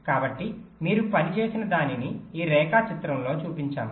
కాబట్టి మీరు పని చేసినదానిని ఈ రేఖాచిత్రంలో చూపించాం